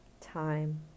time